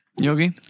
Yogi